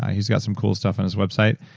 he's got some cool stuff on his website.